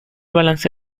balance